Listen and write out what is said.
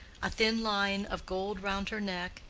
a thin line of gold round her neck,